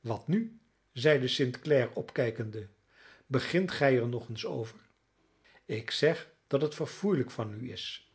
wat nu zeide st clare opkijkende begint gij er nog eens over ik zeg dat het verfoeielijk van u is